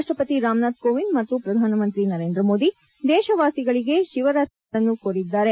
ರಾಷ್ಷಪತಿ ರಾಮನಾಥ್ ಕೋವಿಂದ್ ಮತ್ತು ಪ್ರಧಾನಮಂತ್ರಿ ನರೇಂದ್ರ ಮೋದಿ ದೇಶವಾಸಿಗಳಿಗೆ ಶಿವರಾತ್ರಿ ಶುಭಾತಯಗಳನ್ನು ಕೋರಿದ್ದಾರೆ